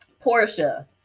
Portia